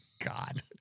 God